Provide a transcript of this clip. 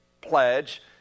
pledge